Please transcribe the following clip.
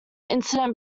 incident